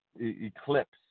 eclipse